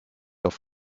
auf